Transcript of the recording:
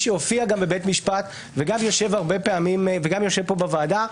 שהופיע גם בבית משפט וגם יושב כאן בוועדה,